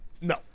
No